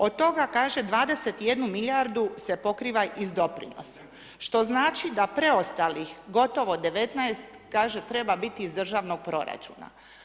Od toga, kaže, 21.-nu milijardu se pokriva iz doprinosa, što znači da preostalih, gotovo 19.-est, kaže, treba biti iz državnog proračuna.